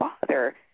father